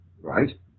Right